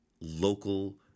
local